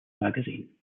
magazine